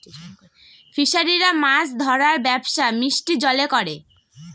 ফিসারিরা মাছ ধরার ব্যবসা মিষ্টি জলে করে